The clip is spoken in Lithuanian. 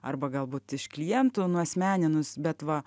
arba galbūt iš klientų nuasmeninus bet va